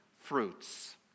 fruits